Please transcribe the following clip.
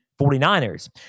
49ers